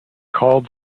called